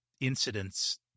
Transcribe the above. incidents